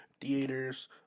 theaters